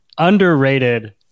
Underrated